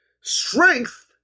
Strength